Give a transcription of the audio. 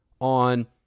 on